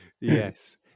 Yes